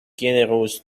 generous